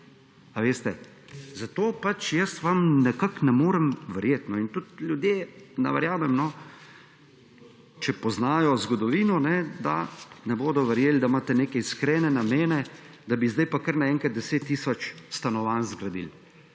Veste, zato vam pač nekako ne morem verjeti. Tudi ljudje, ne verjamem, če poznajo zgodovino, da bodo verjeli, da imate neke iskrene namene, da bi zdaj pa kar naenkrat 10 tisoč stanovanj zgradili.